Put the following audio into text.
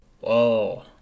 Whoa